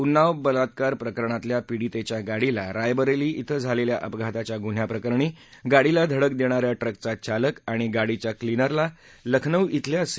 उन्नाव बलात्कार प्रकरणातल्या पिडीतेच्या गाडीला रायबरेली धि झालेल्या अपघाताच्या गुन्ह्याप्रकरणी गाडीला धडक देणाऱ्या ट्रकचा चालक आणि गाडीच्या क्लिनरला लखनऊ खेल्या सी